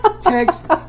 text